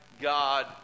God